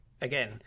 again